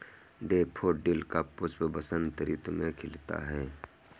daffodil का पुष्प बसंत ऋतु में खिलता है